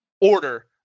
order